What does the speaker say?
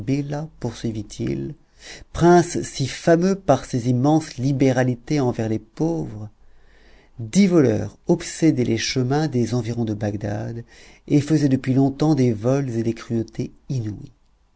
poursuivit-il prince si fameux par ses immenses libéralités envers les pauvres dix voleurs obsédaient les chemins des environs de bagdad et faisaient depuis longtemps des vols et des cruautés inouïes